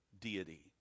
deity